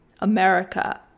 America